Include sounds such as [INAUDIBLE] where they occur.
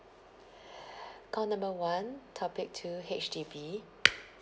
[BREATH] call number one topic two H_D_B [NOISE]